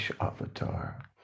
avatar